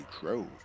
true